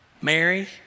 Mary